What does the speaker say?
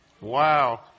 Wow